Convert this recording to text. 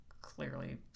clearly